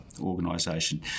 organisation